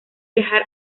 viajar